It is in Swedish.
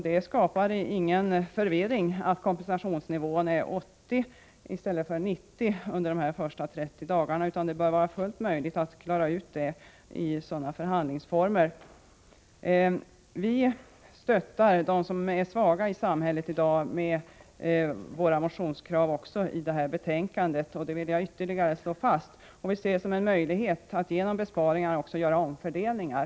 Det skapar ingen förvirring att kompensationsnivån är 80 96 i stället för 90 Jo under de första 30 dagarna, utan det bör vara fullt möjligt att genom förhandlingar klara ut sådana frågor. Jag vill ytterligare slå fast att vi med de krav som vi för fram i de motioner som behandlas i detta betänkande stödjer de svaga i dagens samhälle. Vi ser det också som möjligt att göra besparingar genom omfördelningar.